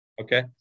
Okay